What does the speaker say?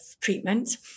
treatment